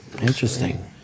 Interesting